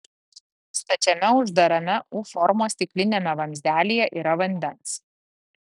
stačiame uždarame u formos stikliniame vamzdelyje yra vandens